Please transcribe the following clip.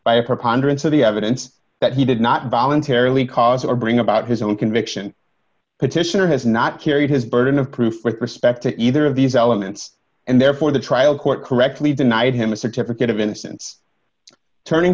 by a preponderance of the evidence that he did not voluntarily cause or bring about his own conviction petitioner has not carried his burden of proof with respect to either of these elements and therefore the trial court correctly denied him a certificate of innocence turning